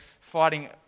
fighting